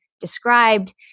described